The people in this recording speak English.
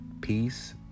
Peace